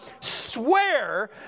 swear